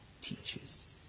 teaches